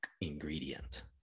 ingredient